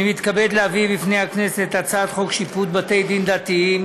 אני מתכבד להביא בפני הכנסת את הצעת חוק שיפוט בתי-דין דתיים